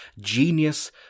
genius